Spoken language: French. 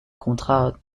contrat